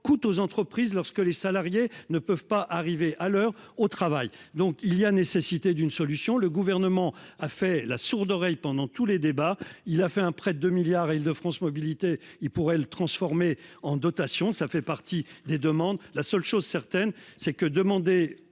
coûte aux entreprises lorsque les salariés ne peuvent pas arriver à l'heure au travail, donc il y a nécessité d'une solution. Le gouvernement a fait la sourde oreille pendant tous les débats. Il a fait un prêt de milliards et Île-de-France mobilités il pourrait le transformer en dotation. Ça fait partie des demandes. La seule chose certaine, c'est que demander